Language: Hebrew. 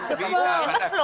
שנייה.